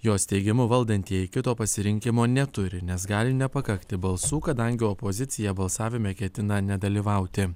jos teigimu valdantieji kito pasirinkimo neturi nes gali nepakakti balsų kadangi opozicija balsavime ketina nedalyvauti